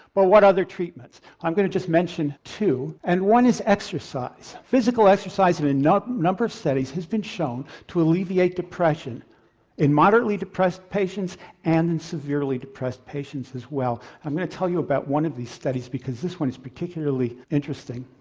but what other treatments? i'm going to just mention two and one is exercise. physical exercise in a number of studies has been shown to alleviate depression in moderately depressed patients and in severely depressed patients as well. i'm going to tell you about one of these studies because this one is particularly interesting.